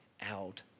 out